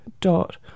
dot